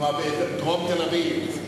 דרום תל-אביב.